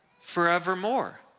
forevermore